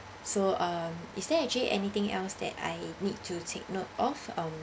so um is there actually anything else that I need to take note of um